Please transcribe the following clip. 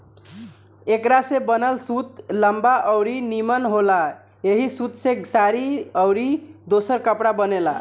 एकरा से बनल सूत लंबा अउरी निमन होला ऐही सूत से साड़ी अउरी दोसर कपड़ा बनेला